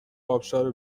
ابشار